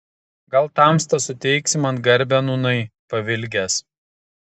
gal tamsta suteiksi man garbę nūnai pavilgęs